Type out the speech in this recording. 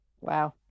Wow